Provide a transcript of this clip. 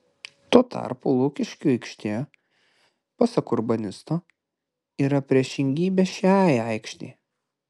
tuo tarpu lukiškių aikštė pasak urbanisto yra priešingybė šiai aikštei